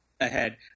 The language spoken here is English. ahead